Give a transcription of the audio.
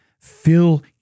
fill